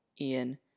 Ian